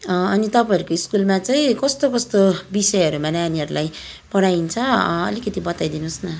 अनि तपाईँहरू को स्कुलमा चाहिँ कस्तो कस्तो विषयहरूमा नानीहरूलाई पढाइन्छ अलिकति बताइदिनुहोस् न